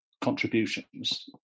contributions